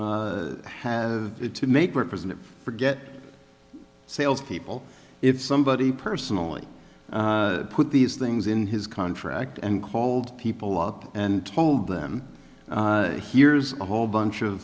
have it to make representative forget salespeople if somebody personally put these things in his contract and called people up and told them here's a whole bunch of